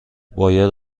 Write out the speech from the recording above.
باید